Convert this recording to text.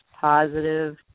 positive